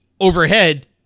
overhead